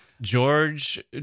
George